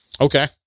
Okay